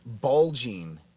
bulging